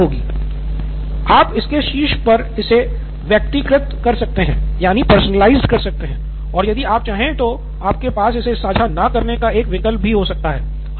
professor आप इसके शीर्ष पर इसे वैयक्तिकृत कर सकते हैं और यदि आप चाहे तो आपके पास इसे साझा न करने का एक विकल्प भी हो सकता है